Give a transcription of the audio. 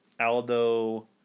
Aldo